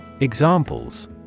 Examples